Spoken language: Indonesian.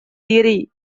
diri